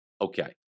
Okay